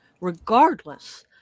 regardless